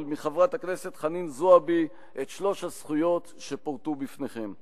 מחברת הכנסת חנין זועבי את שלוש הזכויות שפורטו בפניכם.